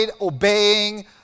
obeying